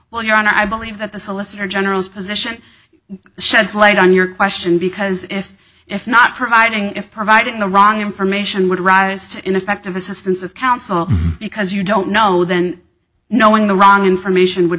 well your honor i believe that the solicitor general's position sheds light on your question because if it's not providing it's providing the wrong information would rise to ineffective assistance of counsel because you don't know then knowing the wrong information would